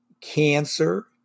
cancer